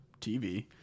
TV